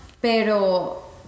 pero